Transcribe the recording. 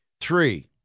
three